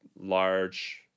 large